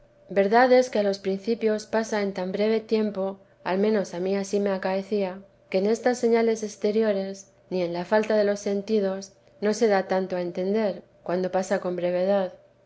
verdad es que a los principios pasa en tan breve tiempo al menos a mí ansí me acaecía que en estas señales exteriores ni en la falta de los sentidos no se da tanto a entender cuando pasa con brevedad